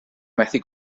methu